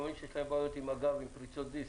שומעים שיש להם בעיות עם הגב ופריצות דיסק.